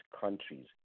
countries